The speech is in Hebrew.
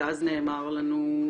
ואז נאמר לנו,